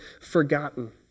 forgotten